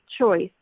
choice